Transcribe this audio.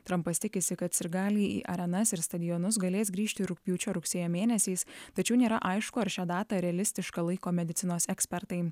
trampas tikisi kad sirgaliai į arenas ir stadionus galės grįžti rugpjūčio rugsėjo mėnesiais tačiau nėra aišku ar šią datą realistiška laiko medicinos ekspertai